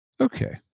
okay